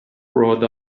brought